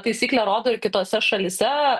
taisyklė rodo ir kitose šalyse